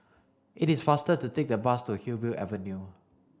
it is faster to take the bus to Hillview Avenue